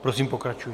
Prosím, pokračujte.